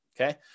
okay